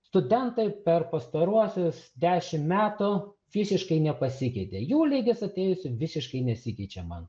studentai per pastaruosius dešim metų fiziškai nepasikeitė jų lygis atėjus visiškai nesikeičia man